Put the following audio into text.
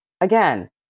again